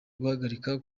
guhagarika